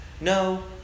No